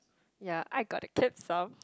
ya I got to keep some